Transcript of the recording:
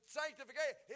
sanctification